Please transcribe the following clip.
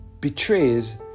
betrays